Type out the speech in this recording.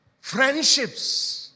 Friendships